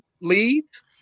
leads